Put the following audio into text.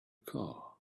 car